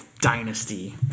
dynasty